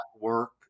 work